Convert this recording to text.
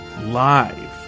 live